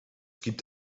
gibt